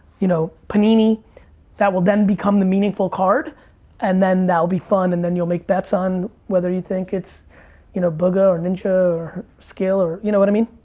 you know, panini that will then become the meaningful card and then that'll be fun and then you'll make bets on whether you think it's you know booga or ninja or skill or you know what i mean?